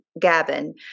Gavin